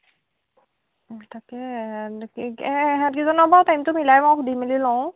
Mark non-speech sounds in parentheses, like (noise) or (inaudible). তাকে (unintelligible) এহেঁত কিজনৰ বাৰু টাইমটো মিলাই বাৰু সুধি মেলি লওঁ